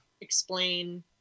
explain